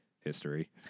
history